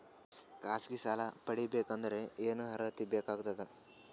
ಖಾಸಗಿ ಸಾಲ ಪಡಿಬೇಕಂದರ ಏನ್ ಅರ್ಹತಿ ಬೇಕಾಗತದ?